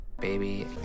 baby